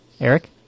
Eric